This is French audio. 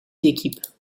équipes